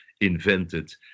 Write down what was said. invented